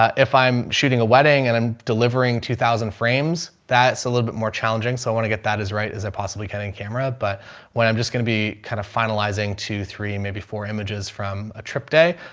if i'm shooting a wedding and i'm delivering two thousand frames, that's a little bit more challenging. so i want to get that as right as i possibly can in camera, but when i'm just going to be kind of finalizing two, three, maybe four images from a trip day,